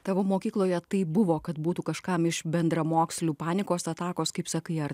tavo mokykloje tai buvo kad būtų kažkam iš bendramokslių panikos atakos kaip sakai ar